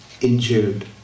injured